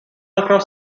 across